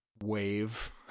wave